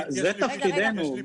זה תפקידנו.